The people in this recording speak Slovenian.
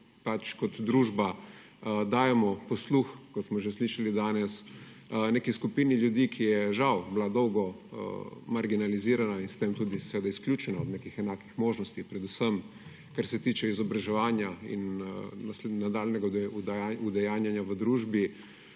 kot družba dajemo posluh, kot smo že slišali danes, neki skupini ljudi, ki je, žal, bila dolgo marginalizirana in s tem tudi, seveda, izključena ob nekih enakih možnostih, predvsem kar se tiče izobraževanja in nadaljnjega udejanjenja v družbi.